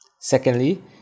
Secondly